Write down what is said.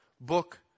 book